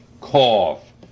cough